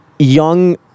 young